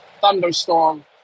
thunderstorm